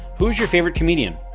who is your favorite comedian?